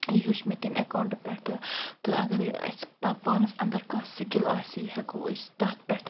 یہِ ہیٚوچھ مےٚ تمہِ ایٚکاونٹہٕ پٮ۪ٹھ تہٕ اگرے اسہِ پہ پانس اندر کانٛہہ سکل آسہِ یہِ ہیٚکو أسۍ تتھ پٮ۪ٹھ